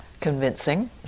Convincing